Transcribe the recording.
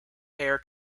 hair